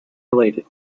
related